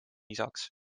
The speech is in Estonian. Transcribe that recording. isaks